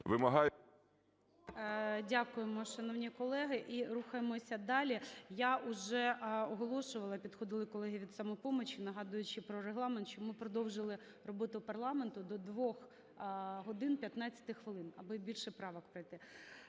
Дякуємо, шановні колеги. І рухаємося далі. Я уже оголошувала, підходили колеги від "Самопомочі", нагадуючи про Регламент, щоб ми продовжили роботу парламенту до 2 годин 15 хвилин, аби більше правок пройти